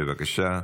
בבקשה,